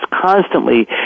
constantly